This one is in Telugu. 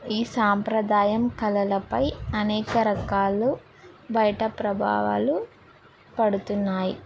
ఈ సాంప్రదాయం కళలపై అనేక రకాల బయట ప్రభావాలు పడుతున్నాయి